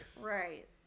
Right